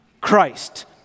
Christ